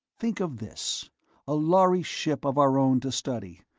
think of this a lhari ship of our own to study,